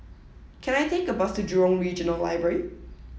can I take a bus to Jurong Regional Library